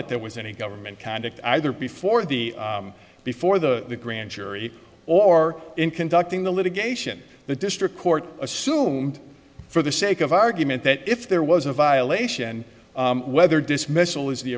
that there was any government conduct either before the before the grand jury or in conducting the litigation the district court assume for the sake of argument that if there was a violation whether dismissal is the